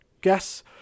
guess